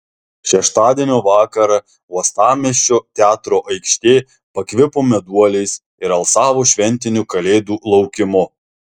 šeštadienio vakarą uostamiesčio teatro aikštė pakvipo meduoliais ir alsavo šventiniu kalėdų laukimu